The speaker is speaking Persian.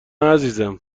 عزیزم